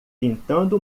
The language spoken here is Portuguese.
pintando